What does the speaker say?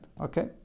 okay